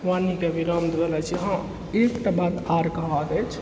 वाणीके विराम दैवला छी एकटा बात आर कहबाक अछि